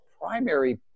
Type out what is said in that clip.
primary